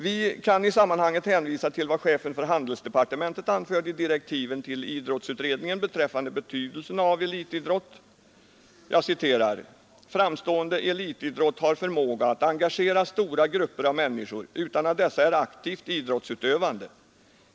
Vi kan i sammanhanget hänvisa till vad chefen för handelsdepartementet anförde i direktiven till idrottsutredningen beträffande betydelsen av elitidrott: ”Framstående elitidrott har förmåga att engagera stora grupper av människor utan att dessa är aktivt idrottsutövande.